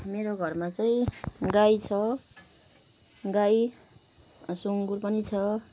मेरो घरमा चाहिँ गाई छ गाई सुँगुर पनि छ